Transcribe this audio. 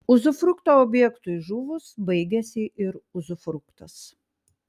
uzufrukto objektui žuvus baigiasi ir uzufruktas